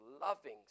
loving